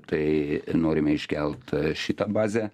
tai norime iškelt šitą bazę